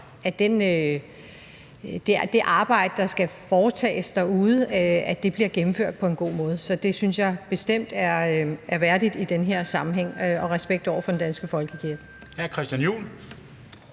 at det arbejde, der skal foretages derude, bliver gennemført på en god måde. Så det synes jeg bestemt er respekt over for den danske folkekirke